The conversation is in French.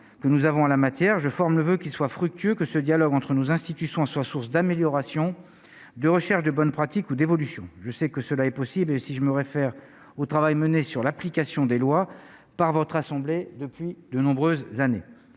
que nous avons en la matière, je forme le voeu qu'il soit fructueux que ce dialogue entre nos institutions soit source d'amélioration de recherche de bonnes pratiques ou d'évolution, je sais que cela est possible, si je me réfère au travail mené sur l'application des lois par votre assemblée depuis de nombreuses années,